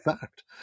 fact